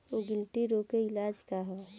गिल्टी रोग के इलाज का ह?